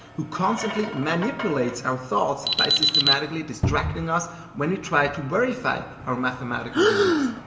who constantly manipulates our thoughts by systematically distracting us when we try to verify our mathematical beliefs.